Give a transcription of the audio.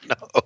No